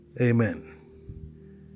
Amen